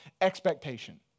expectation